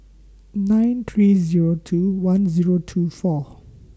nine three Zero two one Zero two four